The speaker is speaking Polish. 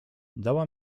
dała